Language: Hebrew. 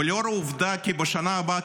ולאור העובדה כי בשנה הבאה,